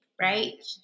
Right